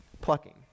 plucking